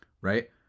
right